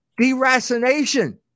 deracination